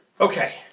Okay